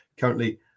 Currently